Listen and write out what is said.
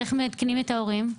איך מעדכנים את ההורים?